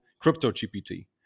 CryptoGPT